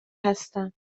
هستم